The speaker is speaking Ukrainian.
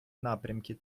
напрямки